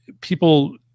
people